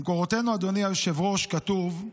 במקורותינו, אדוני היושב-ראש, כתוב: